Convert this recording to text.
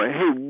hey